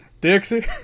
Dixie